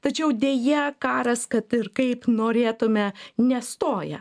tačiau deja karas kad ir kaip norėtume nestoja